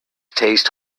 taste